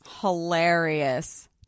Hilarious